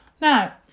Now